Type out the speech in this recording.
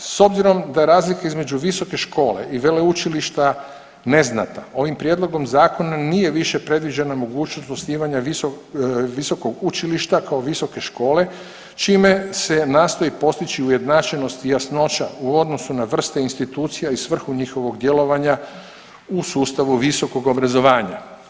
S obzirom da razlike između visoke škole i veleučilišta neznatan ovim prijedlogom zakona nije više predviđena mogućnost osnivanja visokog učilišta kao visoke škole čime se nastoji postići ujednačenost i jasnoća u odnosu na vrste institucija i svrhu njihovog djelovanja u sustavu visokog obrazovanja.